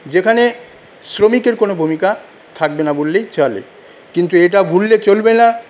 যেখানে শ্রমিকের কোন ভুমিকা থাকবে না বললেই চলে কিন্তু এটা ভুললে চলবে না